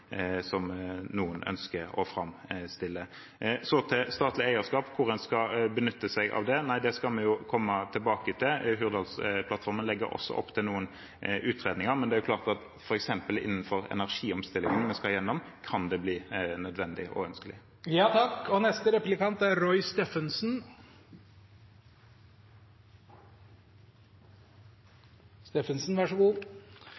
noen ønsker å framstille det. Så til statlig eierskap og hvor man skal benytte seg av det: Nei, det skal vi jo komme tilbake til. Hurdalsplattformen legger også opp til noen utredninger. Men det er klart at f.eks. innenfor energiomstillingen vi skal gjennom, kan det bli nødvendig og